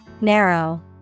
Narrow